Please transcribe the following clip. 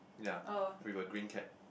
ya with a green cap